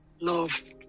Love